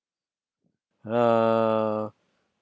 err